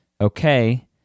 okay